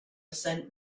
sent